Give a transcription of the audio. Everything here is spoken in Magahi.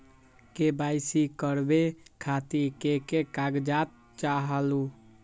के.वाई.सी करवे खातीर के के कागजात चाहलु?